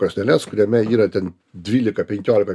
krosneles kuriame yra ten dvylika penkiolika